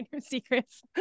Secrets